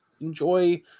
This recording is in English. Enjoy